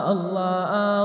Allah